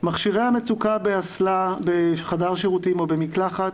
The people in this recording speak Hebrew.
מכשירי המצוקה בחדר השירותים או במקלחת